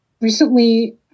Recently